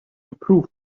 improve